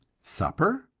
supper,